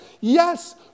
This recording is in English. yes